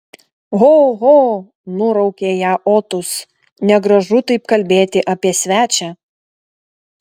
ho ho nuraukė ją otus negražu taip kalbėti apie svečią